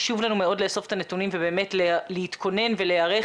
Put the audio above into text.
חשוב לנו מאוד לאסוף את הנתונים ובאמת להתכונן ולהיערך